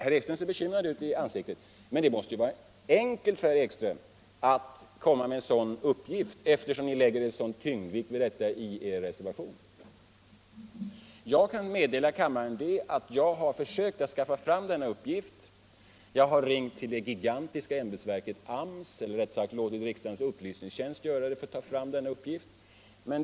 — Herr Ekström ser nu bekymrad ut i ansiktet, men det måste väl vara enkelt för herr Ekström att lämna en sådan uppgift, då ni lägger så stor vikt vid detta i er reservation. Jag kan meddela kammaren att jag har försökt att skaffa fram denna uppgift. Jag har ringt till det gigantiska ämbetsverket AMS - eller rättare sagt: jag har låtit riksdagens upplysningstjänst göra det — för att få fram uppgiften.